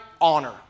honor